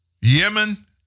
Yemen